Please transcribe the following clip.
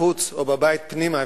בחוץ או בבית פנימה,